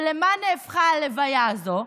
ולמה נהפכה הלוויה הזאת?